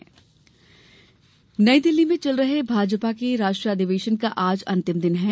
अमित शाह नई दिल्ली में चल रहे भाजपा राष्ट्रीय अधिवेशन का आज अंतिम दिन है